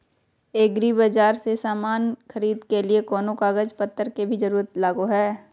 एग्रीबाजार से समान खरीदे के लिए कोनो कागज पतर के भी जरूरत लगो है?